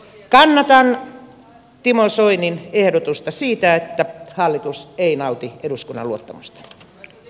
kannatan timo soinin ehdotusta siitä että hallitus ei nauti eduskunnan luottamusta